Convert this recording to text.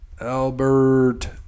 Albert